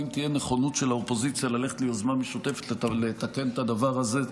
אם תהיה נכונות של האופוזיציה ללכת ליוזמה משותפת לתקן את הדבר הזה,